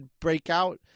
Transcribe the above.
breakout